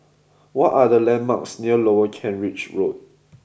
what are the landmarks near Lower Kent Ridge Road